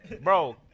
bro